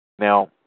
Now